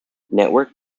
network